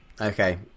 Okay